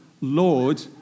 Lord